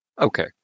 Okay